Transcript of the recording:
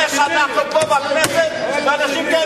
איך אנחנו פה בכנסת ואנשים כאלה יושבים פה.